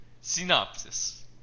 Synopsis